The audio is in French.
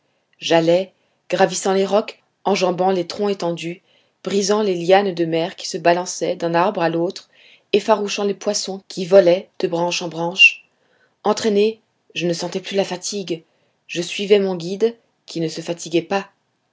j'allais gravissant les rocs enjambant les troncs étendus brisant les lianes de mer qui se balançaient d'un arbre à l'autre effarouchant les poissons qui volaient de branche en branche entraîné je ne sentais plus la fatigue je suivais mon guide qui ne se fatiguait pas